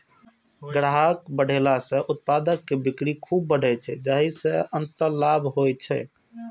ग्राहक बढ़ेला सं उत्पाद के बिक्री खूब बढ़ै छै, जाहि सं अंततः लाभ होइ छै